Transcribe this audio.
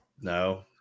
No